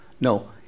No